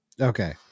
okay